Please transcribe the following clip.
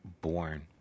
born